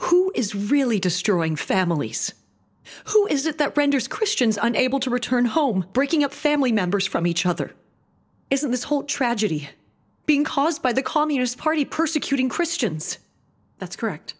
who is really destroying families who is it that renders christians unable to return home breaking up family members from each other isn't this whole tragedy being caused by the communist party persecuting christians that's correct